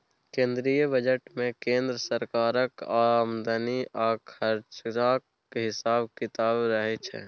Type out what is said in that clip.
केंद्रीय बजट मे केंद्र सरकारक आमदनी आ खरचाक हिसाब किताब रहय छै